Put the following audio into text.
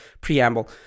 preamble